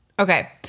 Okay